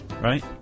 right